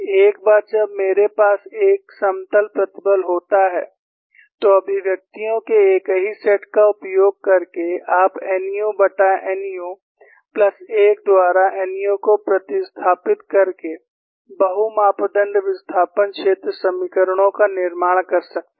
एक बार जब मेरे पास एक समतल प्रतिबल होता है तो अभिव्यक्तियों के एक ही सेट का उपयोग करके आप nunu प्लस 1 द्वारा nu को प्रतिस्थापित करके बहु मापदण्ड विस्थापन क्षेत्र समीकरणों का निर्माण कर सकते हैं